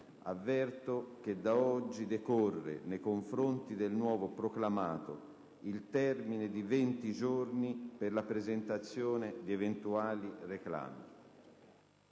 Avverto che da oggi decorre, nei confronti del nuovo proclamato, il termine di venti giorni per la presentazione di eventuali reclami.